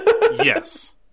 Yes